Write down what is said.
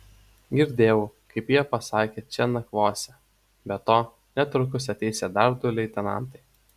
girdėjau kaip jie pasakė čia nakvosią be to netrukus ateisią dar du leitenantai